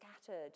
scattered